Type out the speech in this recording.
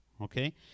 okay